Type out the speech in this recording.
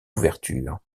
ouverture